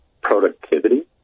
productivity